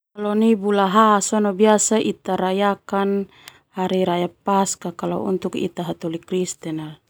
Bula ha sona biasa ita rayakan hari raya Paskah untuk ita hataholi Kristen.